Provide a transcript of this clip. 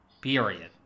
period